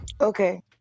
okay